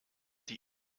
die